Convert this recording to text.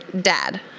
dad